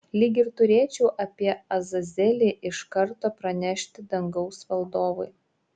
lyg ir turėčiau apie azazelį iš karto pranešti dangaus valdovui